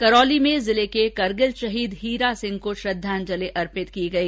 करौली में जिले के करगिल शहीद हीरा सिंह को श्रद्वांजलि अर्पित की गई